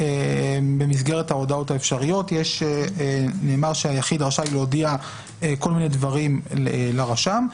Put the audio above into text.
במסגרת ההודעות האפשריות נאמר שהיחיד רשאי להודיע כל מיני דברים לרשם,